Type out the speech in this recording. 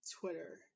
Twitter